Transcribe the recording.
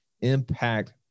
impact